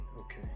Okay